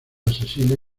asesina